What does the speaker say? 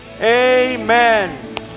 Amen